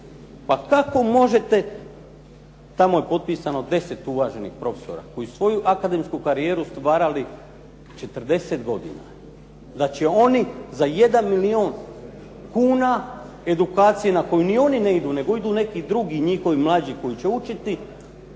Pa kako možete, tamo je potpisano 10 uvaženih profesora koji su svoju akademsku karijeru stvarali 40 godina da će oni za jedan milijun kuna edukacije na koju ni oni ne idu, nego idu neki drugi njihovi mlađi koji će učiti